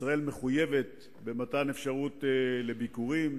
ישראל מחויבת במתן אפשרות לביקורים